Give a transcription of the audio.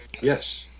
Yes